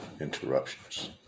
interruptions